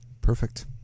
Perfect